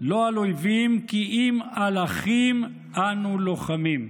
לא על אויבים כי אם על אחים אנו לוחמים.